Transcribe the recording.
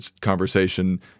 conversation